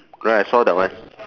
right I saw that one